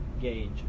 gauge